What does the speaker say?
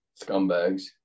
Scumbags